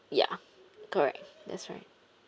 ya correct that's right